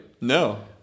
No